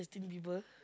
Justin-Bieber